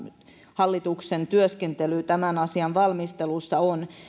hallituksen työskentely tämän asian valmistelussa on